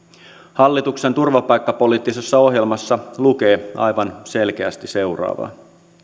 hallituksen turvapaikkapoliittisessa ohjelmassa lukee aivan selkeästi seuraavaa